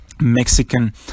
Mexican